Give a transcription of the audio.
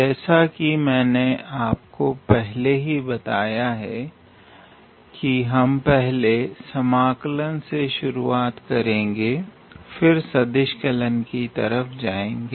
जैसा कि मैंने आपको पहले ही बताया है कि हम पहले समाकलन से शुरुआत करेंगे फिर सदिश कलन की तरफ जाएंगे